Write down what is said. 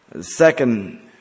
second